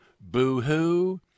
boo-hoo